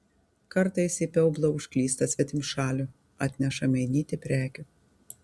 kartais į pueblą užklysta svetimšalių atneša mainyti prekių